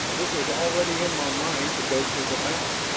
it was already in my mind to go to the mountains,